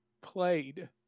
played